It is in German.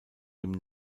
dem